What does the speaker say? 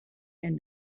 and